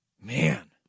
Man